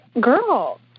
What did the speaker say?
Girl